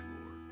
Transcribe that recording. Lord